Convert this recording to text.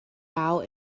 out